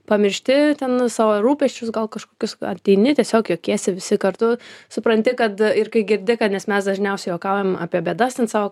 pamiršti ten savo rūpesčius gal kažkokius ateini tiesiog juokiesi visi kartu supranti kad ir kai girdi kad nes mes dažniausiai juokaujam apie bėdas ten savo